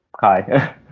Hi